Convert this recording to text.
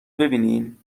ببینین